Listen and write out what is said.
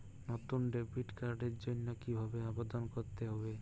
নতুন ডেবিট কার্ডের জন্য কীভাবে আবেদন করতে হবে?